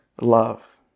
love